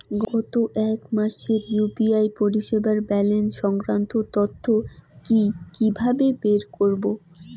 গত এক মাসের ইউ.পি.আই পরিষেবার ব্যালান্স সংক্রান্ত তথ্য কি কিভাবে বের করব?